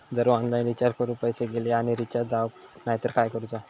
जर online recharge करून पैसे गेले आणि रिचार्ज जावक नाय तर काय करूचा?